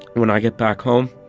when i get back home,